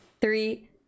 Three